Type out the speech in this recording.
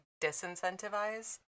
disincentivize